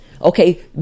Okay